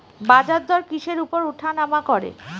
বাজারদর কিসের উপর উঠানামা করে?